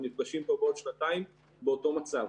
אז אנחנו ניפגש פה בעוד שנתיים באותו מצב.